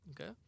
Okay